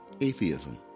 Atheism